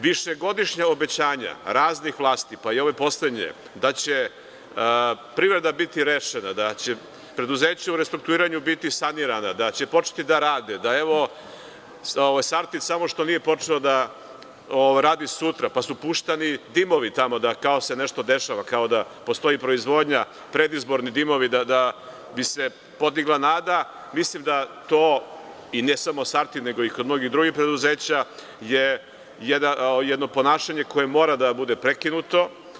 Višegodišnja obećanja raznih vlasti, pa i ove poslednje da će privreda biti rešena, da će preduzeća u restrukturiranju biti sanirana, da će početi da rade, da „Sartid“ samo što nije počeo da radi sutra, pa su puštani dimovi da se kao tamo nešto dešava, kao da postoji proizvodnja, predizborni dimovi da bi se podigla nada, mislim da to, i ne samo „Sartid“ nego i kod mnogih drugih preduzeća, je jedno ponašanje koje mora da bide prekinuto.